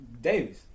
Davis